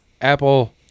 apple